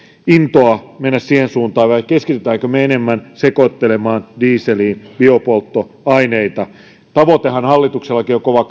intoa mennä siihen suuntaan vai keskitymmekö me enemmän sekoittelemaan dieseliin biopolttoaineita tavoitehan hallituksellakin on kova